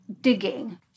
digging